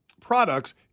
products